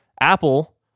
Apple